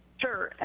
sure.